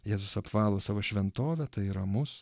jėzus apvalo savo šventovę tai yra mus